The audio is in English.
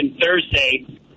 Thursday